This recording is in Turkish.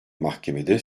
mahkemede